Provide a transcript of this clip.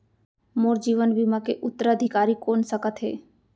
मोर जीवन बीमा के उत्तराधिकारी कोन सकत हे?